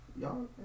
Y'all